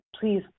please